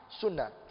Sunnah